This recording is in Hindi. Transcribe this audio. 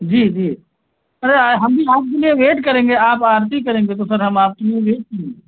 जी जी अरे हम भी आपके लिए वेट करेंगे आप आरती करेंगे तो सर हम आपके लिए वेट करेंगे